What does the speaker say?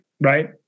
right